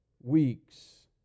weeks